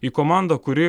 į komandą kuri